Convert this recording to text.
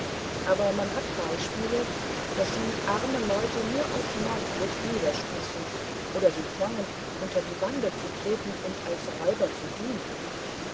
aber man hat beispiele daß sie arme leute nur aus mordlust niederstießen oder sie zwangen unter die bande zu treten und als räuber zu dienen